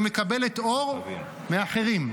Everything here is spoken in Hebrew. היא מקבלת אור מאחרים.